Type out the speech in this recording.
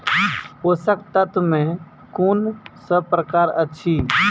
पोसक तत्व मे कून सब प्रकार अछि?